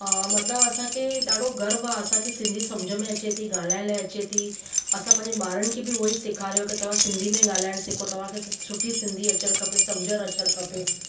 मतिलबु असांखे ॾाढो गर्व आहे असांखे सिंधी समुझ में अचे थी ॻाल्हाइण लाइ अचे थी असां पंहिंजे ॿारनि खे बि उहो ई सेखारियो की तव्हां सिंधी में ॻाल्हाइणु सिखो तव्हांखे सुठी सिंधी अचणु खपे सम्झणु अचणु खपे